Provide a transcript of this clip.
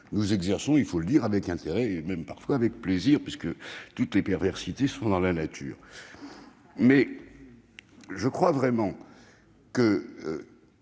nous exerçons, il faut le dire, avec intérêt et même parfois avec plaisir, toutes les perversités étant dans la nature. Je crois vraiment que